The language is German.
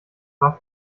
war